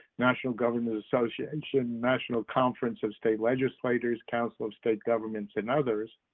national governor's association, national conference of state legislatures, council of state governments and others